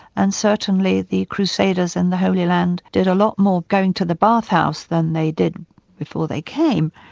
and certainly the crusaders in the holy land did a lot more going to the bath-house than they did before they came.